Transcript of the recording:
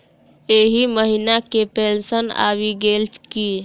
एहि महीना केँ पेंशन आबि गेल की